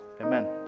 Amen